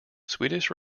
swedish